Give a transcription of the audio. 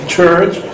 Church